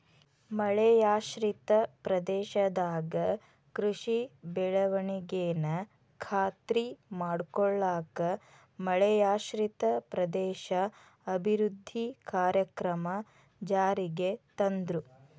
ಮಳೆಯಾಶ್ರಿತ ಪ್ರದೇಶದಾಗ ಕೃಷಿ ಬೆಳವಣಿಗೆನ ಖಾತ್ರಿ ಮಾಡ್ಕೊಳ್ಳಾಕ ಮಳೆಯಾಶ್ರಿತ ಪ್ರದೇಶ ಅಭಿವೃದ್ಧಿ ಕಾರ್ಯಕ್ರಮ ಜಾರಿಗೆ ತಂದ್ರು